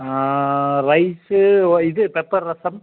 rice இது pepper ரசம்